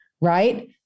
right